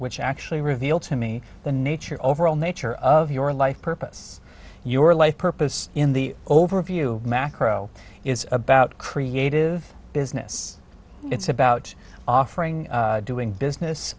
which actually reveal to me the nature overall nature of your life purpose your life purpose in the overview macro is about creative business it's about offering doing business